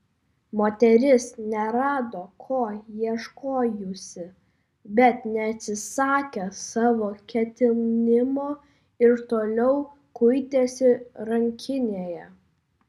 moteris nerado ko ieškojusi bet neatsisakė savo ketinimo ir toliau kuitėsi rankinėje